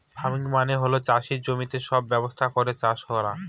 farming মানে হল চাষের জমিতে সব ব্যবস্থা করে চাষ করা